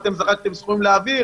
אתם זרקתם סכומים לאוויר